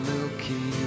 Milky